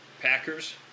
packers